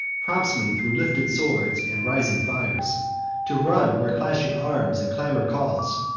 prompts me thro' lifted swords and rising fires to run where clashing arms and clamor calls,